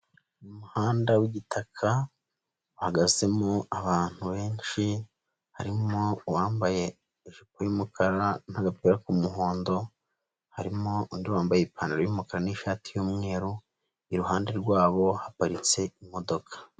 Umuhanda w'igitaka, uhagazemo abantu benshi, harimo uwambaye ijipo y'umukara n'agapira k'umuhondo, harimo undi wambaye ipantaro y'umukara n'ishati y'umweru, iruhande rwabo haparitse imodoka.